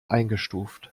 eingestuft